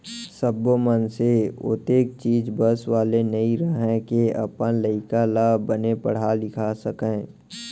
सब्बो मनसे ओतेख चीज बस वाला नइ रहय के अपन लइका ल बने पड़हा लिखा सकय